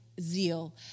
zeal